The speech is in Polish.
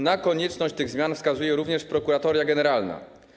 Na konieczność tych zmian wskazuje również Prokuratoria Generalna.